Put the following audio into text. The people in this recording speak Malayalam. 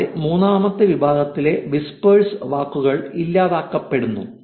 കൂടാതെ മൂന്നാമത്തെ വിഭാഗത്തിലെ വിസ്പേർസ് വാക്കുകൾ ഇല്ലാതാക്കപ്പെടുന്നു